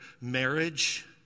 marriage